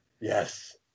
Yes